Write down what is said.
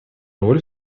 роль